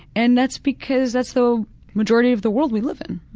and that's because that's the majority of the world we live in.